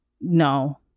No